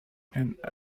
and